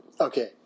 Okay